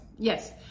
yes